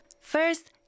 First